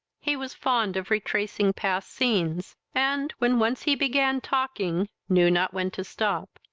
he was fond of retracing past scenes, and, when once he began talking, knew not when to stop.